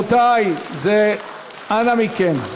אנא מכם.